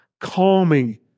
calming